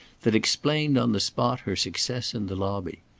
that explained on the spot her success in the lobby.